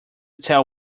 tell